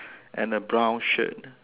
and a brown shirt